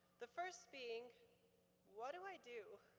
the first being what do i do?